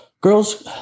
girls